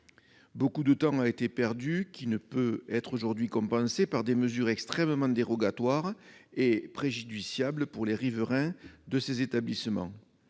Beaucoup de temps a été perdu, qui ne peut être aujourd'hui compensé par des mesures extrêmement dérogatoires et préjudiciables pour les riverains de ces établissements.